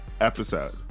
episode